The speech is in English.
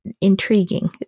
intriguing